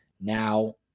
Now